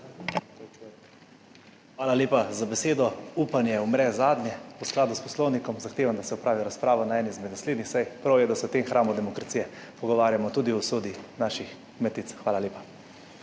Hvala lepa za besedo. Upanje umre zadnje. V skladu s poslovnikom zahtevam, da se opravi razprava na eni izmed naslednjih sej. Prav je, da se v tem hramu demokracije pogovarjamo tudi o usodi naših kmetic. Hvala lepa.